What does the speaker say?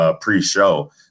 pre-show